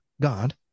God